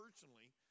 personally